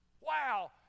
Wow